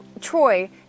Troy